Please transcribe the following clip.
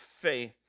faith